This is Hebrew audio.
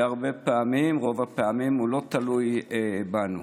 והרבה פעמים, ברוב הפעמים, הוא לא תלוי בנו.